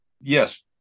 yes